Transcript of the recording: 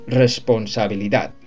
responsabilidad